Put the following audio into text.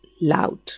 loud